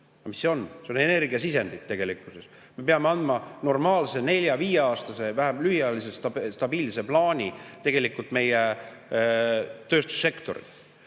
mis see on? See on energiasisendid tegelikkuses. Me peame andma normaalse nelja-, viieaastase, vähemalt lühiajalise stabiilse plaani meie tööstussektorile.